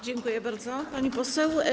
Dziękuję bardzo, pani poseł.